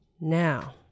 now